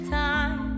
time